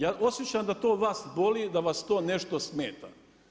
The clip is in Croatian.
Ja osjećam da to vas boli, da vas to nešto smeta.